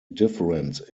difference